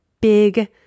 big